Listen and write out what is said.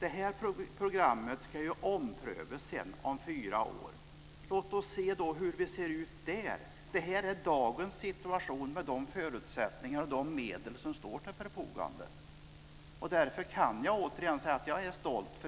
Det här programmet ska omprövas om fyra år. Låt oss se hur det ser ut då. Det här är dagens situation med de förutsättningar och de medel som står till förfogande nu. Därför kan jag återigen säga att jag är stolt.